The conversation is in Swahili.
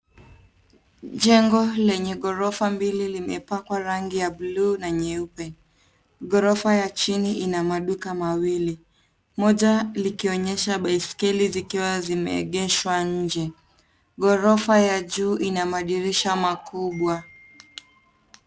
Jengo lenye ghorofa mbili limepakwa rangi ya bluu na nyeupe. Ghorofa ya chini ina maduka mawili moja likionyesha baiskeli zikiwa zimeegeshwa nje. Ghorofa ya juu ina madirisha makubwa.